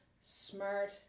smart